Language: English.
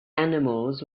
animals